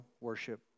worship